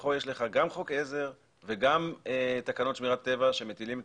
שמכוחו יש לך גם חוק עזר וגם תקנות שמירת הטבע שמטילים את